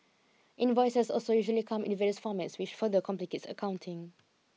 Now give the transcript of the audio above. invoices also usually come in various formats which further complicates accounting